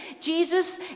Jesus